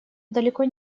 далеко